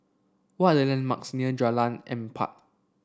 what are the landmarks near Jalan Empat